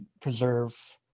preserve